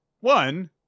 One